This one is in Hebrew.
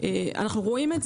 גם רואים,